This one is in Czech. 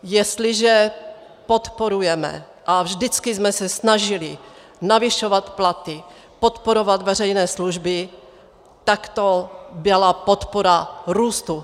Jestliže podporujeme a vždycky jsme se snažili navyšovat platy, podporovat veřejné služby, tak to byla podpora růstu.